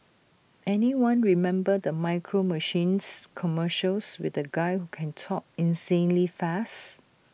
anyone remember the micro machines commercials with the guy who can talk insanely fast